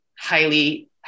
highly